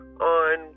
on